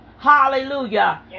Hallelujah